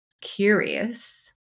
curious